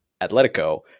Atletico